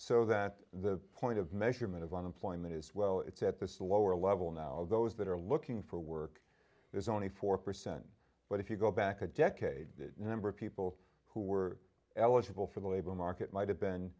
so that the point of measurement of unemployment is well it's at the lower level now those that are looking for work there's only four percent but if you go back a decade that number of people who were eligible for the labor market might have been